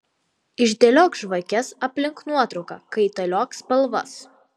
išdėliok žvakes aplink nuotrauką kaitaliok spalvas